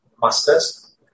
masters